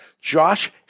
Josh